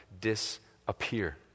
disappear